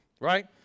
Right